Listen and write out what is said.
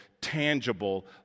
tangible